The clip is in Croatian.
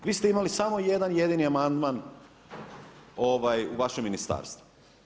Vi ste imali samo jedan jedini amandman u vašem ministarstvu.